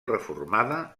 reformada